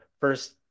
first